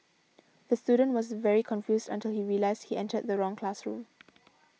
the student was very confused until he realised he entered the wrong classroom